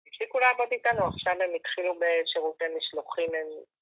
‫הפסיקו לעבוד איתנו, ‫עכשיו הם יתחילו בשירותי משלוחים הם...